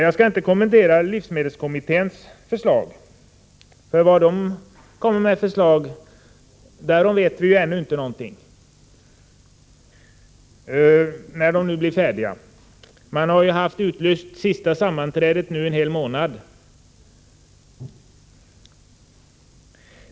Jag skall inte kommentera livsmedelskommitténs förslag, eftersom vi ännu inte vet vad kommittén föreslår, när den nu blir färdig — sista sammanträdet har nu varit utlyst en hel månad.